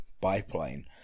biplane